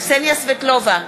קסניה סבטלובה,